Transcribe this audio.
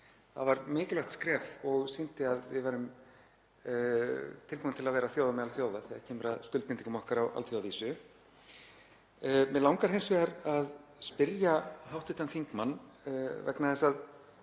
Það var mikilvægt skref og sýndi að við værum tilbúin til að vera þjóð á meðal þjóða þegar kemur að skuldbindingum okkar á alþjóðavísu. Mig langar hins vegar að spyrja hv. þingmann — ég held að